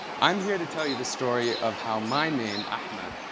i'm here to tell you the story of how my name, ahmed,